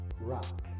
Rock